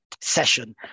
session